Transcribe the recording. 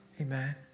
Amen